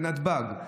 בנתב"ג,